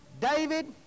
David